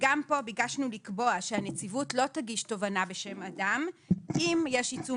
גם כאן ביקשנו לקבוע שהנציבות לא תגיש תובענה בשם אדם אם יש עיצום